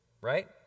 right